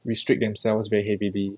restrict themselves very heavily